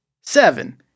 seven